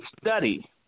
study